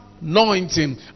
anointing